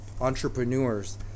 entrepreneurs